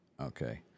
Okay